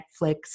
Netflix